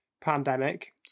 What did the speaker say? pandemic